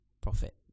profit